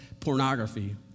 Pornography